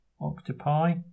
Octopi